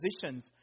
positions